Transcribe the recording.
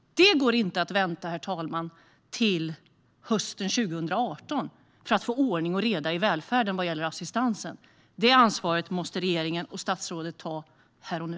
Det går inte att vänta till hösten 2018 för att få ordning och reda i välfärden vad avser assistansen. Det ansvaret måste regeringen och statsrådet ta här och nu.